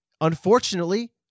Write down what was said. Unfortunately